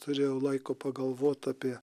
turėjau laiko pagalvot apie